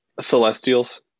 Celestials